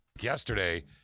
Yesterday